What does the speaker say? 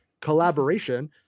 collaboration